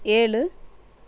ஏழு